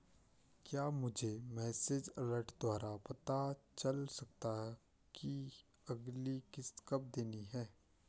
क्या मुझे message alert द्वारा पता चल सकता कि अगली किश्त कब देनी है?